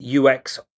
UX